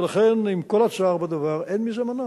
ולכן עם כל הצער בדבר, אין מזה מנוס.